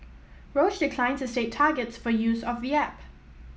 Roche declined to state targets for use of the app